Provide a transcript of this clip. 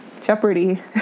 Jeopardy